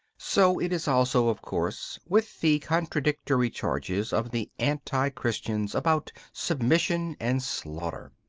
so it is also, of course, with the contradictory charges of the anti-christians about submission and slaughter.